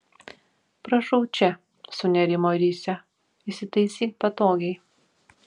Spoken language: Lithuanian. prašau čia sunerimo risia įsitaisyk patogiai